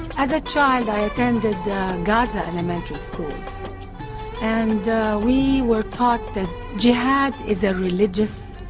as a child i attended their gaza elementary schools and we were taught that jihad is a religious.